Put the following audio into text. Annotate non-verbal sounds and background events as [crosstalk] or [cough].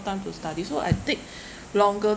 time to study so I take [breath] longer